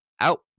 out